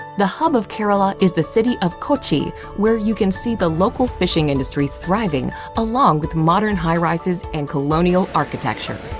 the hub of kerala is the city of kochi, where you can see the local fishing industry thriving along with modern high-rises and colonial architecture.